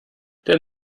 der